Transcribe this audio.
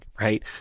right